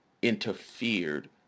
interfered